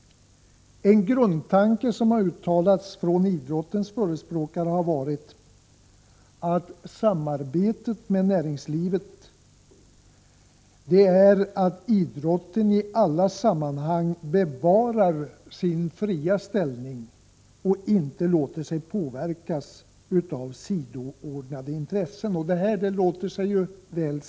En grundtanke som har uttalats från idrottens förespråkare beträffande samarbetet med Nr 146 näringslivet är att idrotten i alla sammanhang bevarar sin fria ställning och Måndagen den inte låter sig påverkas av sidoordnade intressen. Det här låter sig väl sägas.